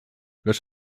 lecz